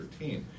2013